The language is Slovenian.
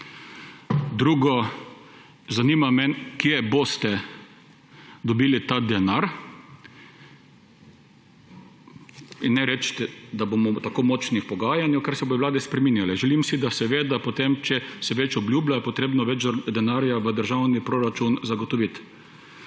Drugo. Zanima me, kje boste dobili ta denar. In ne reči, da bomo tako močni v pogajanju, ker se bodo vlade spreminjale. Želim si, da se ve, če se več obljublja, je treba več denarja v državnem proračunu zagotoviti.